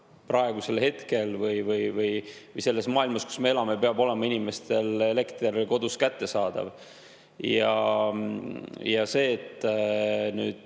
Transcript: praegusel hetkel ja selles maailmas, kus me elame, peab olema inimestel elekter kodus kättesaadav. Ja see, et üks